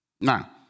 Now